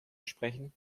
sprechen